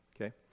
Okay